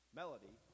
melody